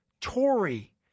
Tory